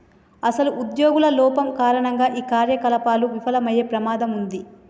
అసలు ఉద్యోగుల లోపం కారణంగా ఈ కార్యకలాపాలు విఫలమయ్యే ప్రమాదం ఉంది